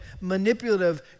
manipulative